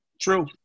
True